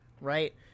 right